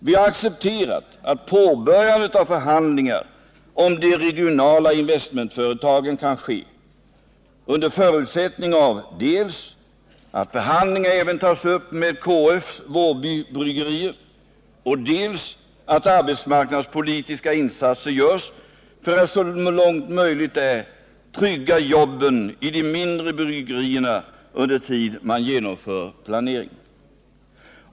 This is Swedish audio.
Vi har accepterat att påbörjandet av förhandlingar om de regionala investmentföretagen kan ske under förutsättning av dels att förhandlingar även tas upp med KF:s Wårby Bryggerier, dels att arbetsmarknadspolitiska insatser görs för att så långt möjligt trygga jobben i de mindre bryggerierna under den tid man genomför planeringen.